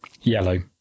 yellow